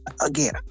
again